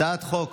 הצעת חוק